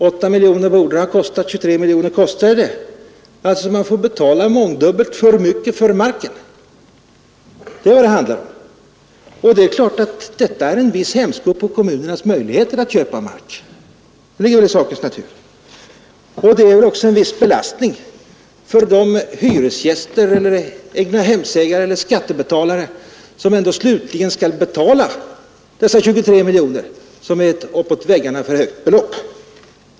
8 miljoner borde det ha kostat. 23 miljoner kostade det. Man får betala mångdubbelt för mycket för marken. Det är vad det handlar om. Och att detta är en hämsko på kommunernas möjligheter att köpa mark ligger i sakens natur. Det blir också en belastning för de hyresgäster, egnahemsägare eller skattebetalare som ändå slutligen skall betala dessa 23 miljoner, som är ett uppåt väggarna för högt belopp.